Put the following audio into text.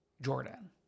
Jordan